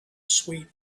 sweet